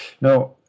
no